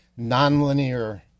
nonlinear